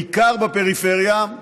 בעיקר בפריפריה,